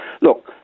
Look